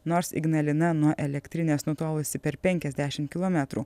nors ignalina nuo elektrinės nutolusi per penkiasdešim kilometrų